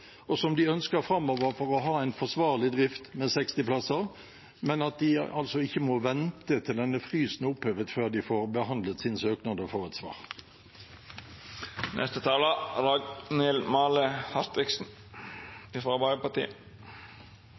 som de også ønsker å ha framover for å kunne ha en forsvarlig drift med 60 plasser, og om de må vente til denne frysen er opphevet før de får behandlet sin søknad og får et